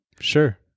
Sure